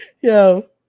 Yo